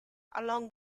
along